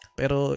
pero